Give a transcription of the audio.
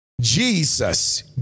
Jesus